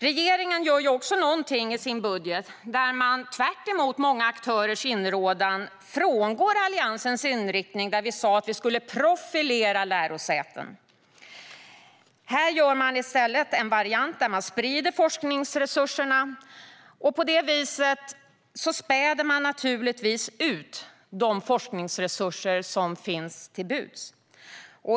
Regeringen frångår också i sin budget, tvärtemot många aktörers inrådan, Alliansens inriktning på att profilera lärosätena. Här sprider man i stället forskningsresurserna, och på det viset spär man naturligtvis ut de forskningsresurser som står till buds.